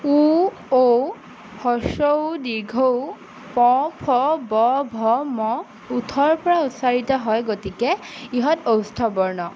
ও ঔ হস্ৰ উ দীৰ্ঘ ঊ প ফ ব ভ ম ওঠৰ পৰা উচ্চাৰিত হয় গতিকে ইহঁত ঔস্থ বৰ্ণ